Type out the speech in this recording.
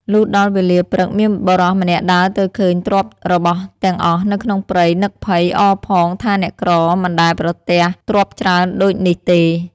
លុះដល់វេលាព្រឹកមានបុរសម្នាក់ដើរទៅឃើញទ្រព្យរបស់ទាំងអស់នៅក្នុងព្រៃនឹកភ័យអរផងថាអ្នកក្រមិនដែលប្រទះទ្រព្យច្រើនដូចនេះទេ។